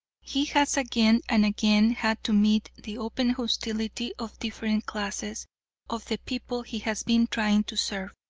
he has again and again had to meet the open hostility of different classes of the people he has been trying to serve,